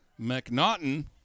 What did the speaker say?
McNaughton